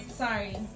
sorry